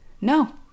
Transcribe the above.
No